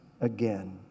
again